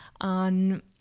on